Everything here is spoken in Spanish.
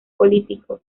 político